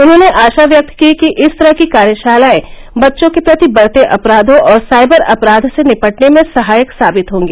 उन्होंने आशा व्यक्त की कि इस तरह की कार्यशालाएं बच्चों के प्रति बढ़ते अपराधों और साइबर अपराध से निपटने में सहायक साबित होंगी